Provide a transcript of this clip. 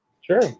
Sure